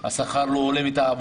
השכר לא הולם את ההשקעה שהם השקיעו,